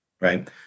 right